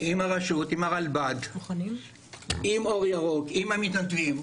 עם הרשות, עם הרלב"ד, עם אור ירוק, עם המתנדבים.